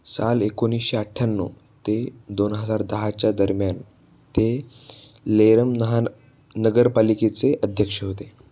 साल एकोणीसशे अठ्ठ्याण्णव ते दोन हजार दहाच्या दरम्यान ते लेरम नहान नगरपालिकेचे अध्यक्ष होते